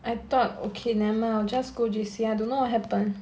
I thought okay never mind I'll just go J_C I don't know what happen